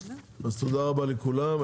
תודה רבה לכולם.